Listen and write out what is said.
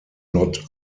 not